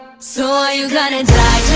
so are you gonna die